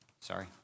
Sorry